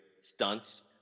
stunts